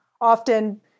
often